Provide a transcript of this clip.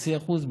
חצי אחוז,